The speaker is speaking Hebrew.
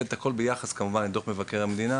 את זה הכול ביחס כמובן לדוח מבקר המדינה